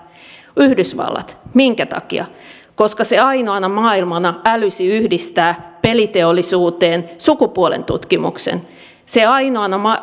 yhdysvallat minkä takia koska se ainoana maailmassa älysi yhdistää peliteollisuuteen sukupuolentutkimuksen se